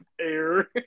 air